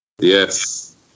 Yes